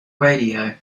radio